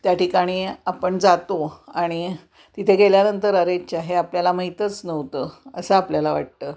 त्या ठिकाणी आपण जातो आणि तिथे गेल्यानंतर अरेच्चा हे आपल्याला माहीतच नव्हतं असं आपल्याला वाटतं